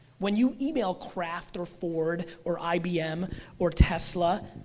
when you email kraft or ford or ibm or tesla,